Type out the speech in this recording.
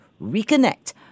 reconnect